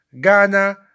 Ghana